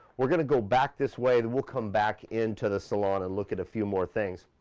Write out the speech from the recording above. we're gonna go back this way, then we'll come back into the saloon, and look at a few more things.